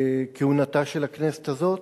לכהונתה של הכנסת הזאת,